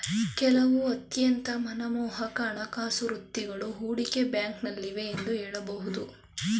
ಕೆಲವು ಅತ್ಯಂತ ಮನಮೋಹಕ ಹಣಕಾಸು ವೃತ್ತಿಗಳು ಹೂಡಿಕೆ ಬ್ಯಾಂಕ್ನಲ್ಲಿವೆ ಎಂದು ಹೇಳಬಹುದು